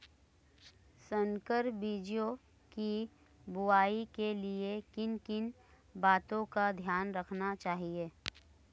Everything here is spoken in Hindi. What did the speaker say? संकर बीजों की बुआई के लिए किन किन बातों का ध्यान रखना चाहिए?